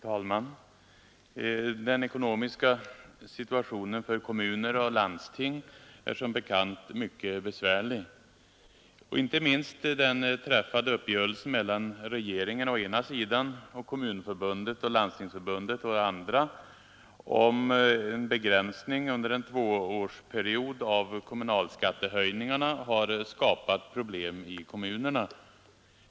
Fru talman! Den ekonomiska situationen för kommuner och landsting är som bekant mycket besvärlig. Inte minst den träffade uppgörelsen mellan regeringen å ena sidan och Kommunförbundet och Landstingsförbundet å den andra om begränsning under en tvåårsperiod av kommunalskattehöjningarna har skapat problem i kommunerna.